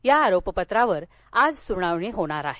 या आरोपपत्रावर आज सुनावणी होणार आहे